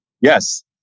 Yes